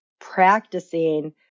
practicing